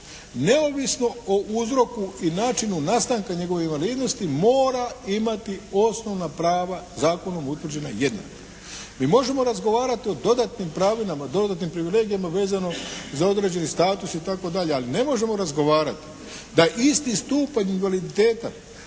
neovisno o uzroku i načinu nastanka njegove invalidnosti mora imati osnovna prava zakonom utvrđena jednako. Mi možemo razgovarati o dodatnim pravima, dodatnim privilegijama vezano za određeni status itd., ali ne možemo razgovarati da isti stupanj invaliditeta